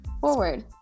forward